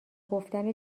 گفتن